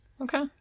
Okay